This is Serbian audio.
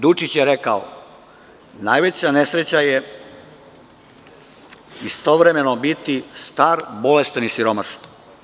Dučić je rekao – najveća nesreća je istovremeno biti star, bolestan i siromašan.